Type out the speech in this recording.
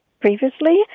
previously